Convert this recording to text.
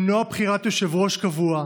למנוע בחירת יושב-ראש קבוע,